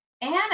Anna